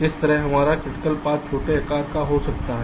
इस तरह हमारा क्रिटिकल पाथ छोटे आकार का हो सकता है